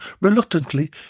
reluctantly